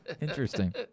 Interesting